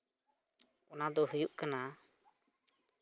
ᱚᱱᱟᱫᱚ ᱦᱩᱭᱩᱜ ᱠᱟᱱᱟ